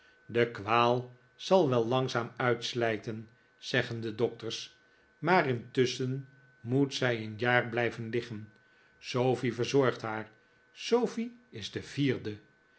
de kwaal zal wel langzaam uitslijten zeggen de dokters maar intusschen moet zij een jaar blijven liggen sofie verzorgt haar sofie is de vierde